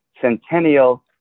centennial